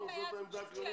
זו העמדה.